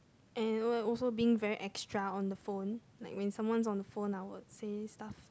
and also being very extra on the phone like when someone's on the phone I would say stuff